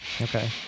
okay